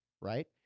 right